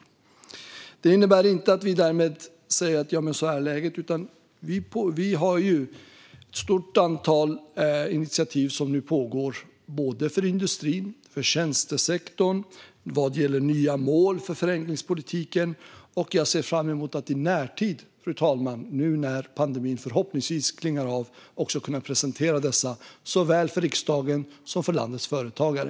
Detta innebär inte att vi bara säger att så här är läget, utan vi har tagit ett stort antal initiativ som nu pågår, både för industrin och för tjänstesektorn och vad gäller nya mål för förenklingspolitiken. Jag ser, fru talman, fram emot att i närtid, nu när pandemin förhoppningsvis klingar av, också kunna presentera dessa, såväl för riksdagen som för landets företagare.